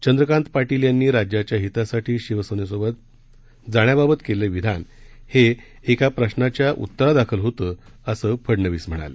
चंद्रकांत पाटील यांनी राज्याच्या हितासाठी शिवसेनेसोबत जाण्याबाबत केलेलं विधान हे एका प्रश्नाच्या उतरादाखल होतं असं फडनवीस म्हणाले